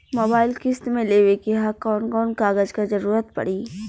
Mobile किस्त मे लेवे के ह कवन कवन कागज क जरुरत पड़ी?